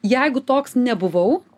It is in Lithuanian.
jeigu toks nebuvau